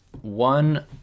one